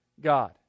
God